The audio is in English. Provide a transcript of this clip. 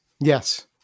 Yes